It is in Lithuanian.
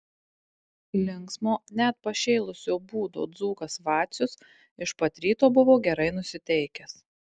linksmo net pašėlusio būdo dzūkas vacius iš pat ryto buvo gerai nusiteikęs